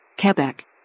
Quebec